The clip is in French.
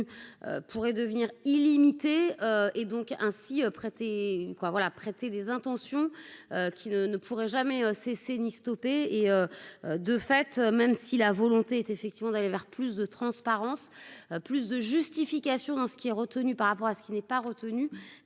pourrait devenir illimité. Et donc ainsi prêté quoi voilà prêter des intentions qui ne ne pourrait jamais cessé ni stopper et, de fait, même si la volonté est effectivement d'aller vers plus de transparence, plus de justification dans ce qui est retenu par rapport à ce qui n'est pas retenue